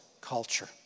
culture